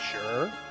Sure